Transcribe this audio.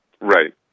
Right